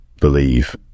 believe